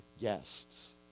guests